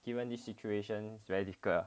given these situations very difficult ah